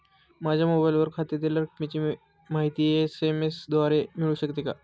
माझ्या मोबाईलवर खात्यातील रकमेची माहिती एस.एम.एस द्वारे मिळू शकते का?